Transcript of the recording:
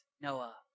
Noah